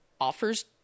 offers